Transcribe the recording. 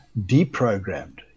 deprogrammed